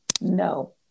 no